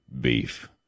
Beef